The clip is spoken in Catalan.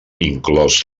inclòs